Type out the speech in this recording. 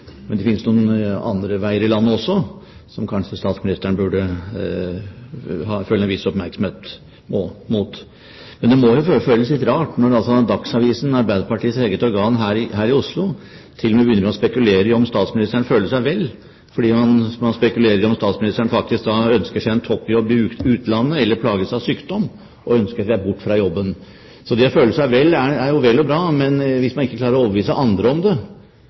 Men det finnes også noen andre veier i landet, som statsministeren kanskje burde følge med en viss oppmerksomhet. Det må jo føles litt rart når til og med Dagsavisen, Arbeiderpartiets eget organ her i Oslo, begynner å spekulere på om statsministeren føler seg vel. Man spekulerer på om statsministeren faktisk ønsker seg en toppjobb i utlandet, eller plages av sykdom og ønsker seg bort fra jobben. Det å føle seg vel, er vel og bra, men hvis man ikke klarer å overbevise andre om det,